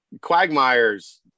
Quagmire's